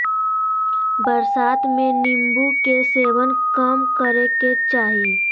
बरसात में नीम्बू के सेवन कम करे के चाही